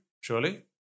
Surely